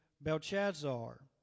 Belshazzar